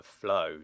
flow